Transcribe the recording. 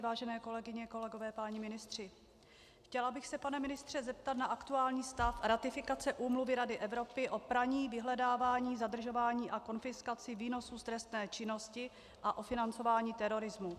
Vážené kolegyně, kolegové, páni ministři, chtěla bych se, pane ministře, zeptat na aktuální stav ratifikace Úmluvy Rady Evropy o praní, vyhledávání, zadržování a konfiskaci výnosů z trestné činnosti a o financování terorismu.